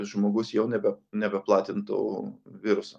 žmogus jau nebe nebeplatintų viruso